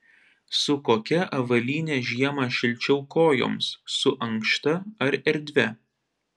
su kokia avalyne žiemą šilčiau kojoms su ankšta ar erdvia